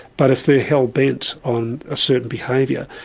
but if they're hell-bent on a certain behaviour,